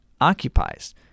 occupies